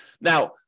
Now